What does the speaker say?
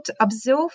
observe